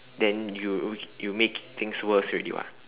then you you make things worse already [what]